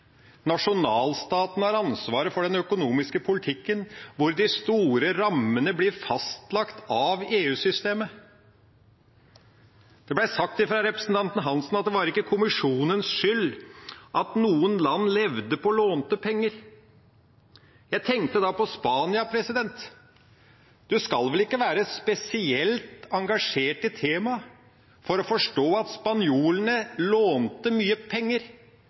Nasjonalstaten har ansvaret for den økonomiske politikken, hvor de store rammene blir fastlagt av EU-systemet. Det ble sagt fra representanten Hansen at det var ikke kommisjonens skyld at noen land levde på lånte penger. Jeg tenkte da på Spania. En skal vel ikke være spesielt engasjert i temaet for å forstå at spanjolene lånte mye penger